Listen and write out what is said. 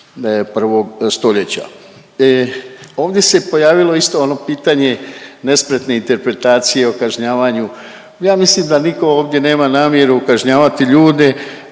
21. stoljeća. Ovdje se pojavilo isto ono pitanje nespretne interpretacije o kažnjavanju. Ja mislim da nitko ovdje nema namjeru kažnjavati ljude,